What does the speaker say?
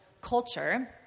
culture